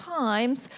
times